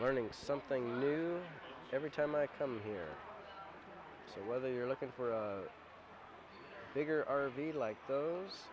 learning something new every time i come here whether you're looking for a bigger r v like those